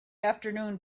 afternoon